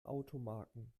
automarken